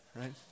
right